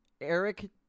Eric